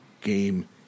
game